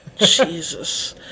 Jesus